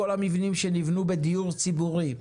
כל המבנים שנבנו בדיור ציבורי,